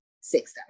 six